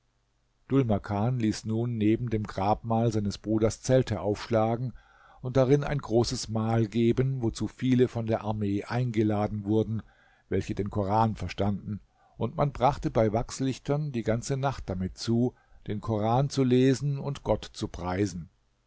dhul makan ließ nun neben dem grabmal seines bruders zelte aufschlagen und darin ein großes mahl geben wozu viele von der armee eingeladen wurden welche den koran verstanden und man brachte bei wachslichtern die ganze nacht damit zu den koran zu lesen und gott zu preisen